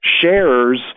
sharers